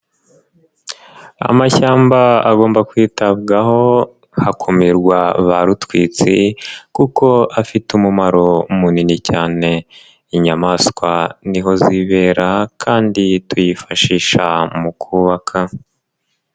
Amashyamba agomba kwitabwaho, hakumirwa ba rutwitsi kuko afite umumaro munini cyane. Inyamaswa ni ho zibera kandi tuyifashisha mu kubaka.